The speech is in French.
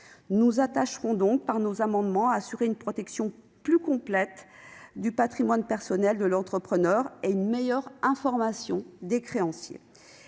nous attacherons donc, par nos amendements, à assurer une protection plus complète du patrimoine personnel de l'entrepreneur et une meilleure information des créanciers.